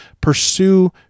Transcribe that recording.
pursue